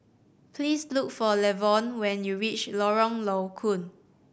please look for Lavon when you reach Lorong Low Koon